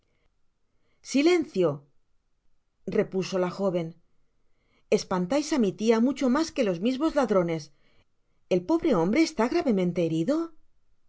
silencio repuso la joven espantais á mi tia mucho mas que los mismos ladrones el pobre hombre está gravemente herido